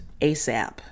ASAP